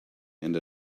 and